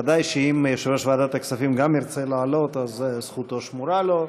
ודאי שאם יושב-ראש ועדת הכספים גם הוא ירצה לעלות אז זכותו שמורה לו,